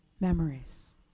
memories